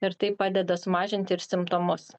ir taip padeda sumažinti ir simptomus